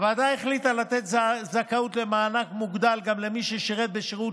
הוועדה החליטה לתת זכאות למענק מוגדל גם למי ששירת בשירות